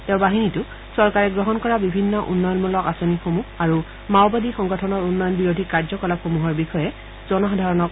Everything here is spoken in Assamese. তেওঁ বাহিনীটোক চৰকাৰে গ্ৰহণ কৰা বিভিন্ন উন্নয়নমূলক আঁচনিসমূহ আৰু মাওবাদী সংগঠনৰ উন্নয়ন বিৰোধী কাৰ্যকলাপসমূহৰ বিষয়ে জনসাধাৰণক অৱগত কৰিবলৈ আহান জনাইছে